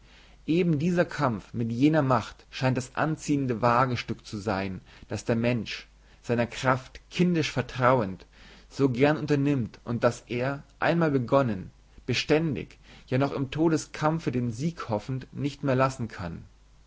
eben dieser kampf mit jener macht scheint das anziehende wagestück zu sein das der mensch seiner kraft kindisch vertrauend so gern unternimmt und das er einmal begonnen beständig ja noch im todeskampfe den sieg hoffend nicht mehr lassen kann